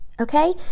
okay